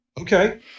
okay